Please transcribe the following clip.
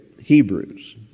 Hebrews